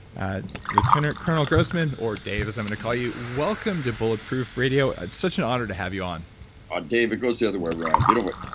ah lieutenant colonel grossman, or dave, as i'm gonna call you, welcome to bulletproof radio. ah it's such an honor to have you on ah dave, it goes the other way around. you know what,